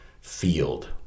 field